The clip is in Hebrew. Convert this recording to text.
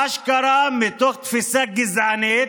אשכרה מתוך תפיסה גזענית,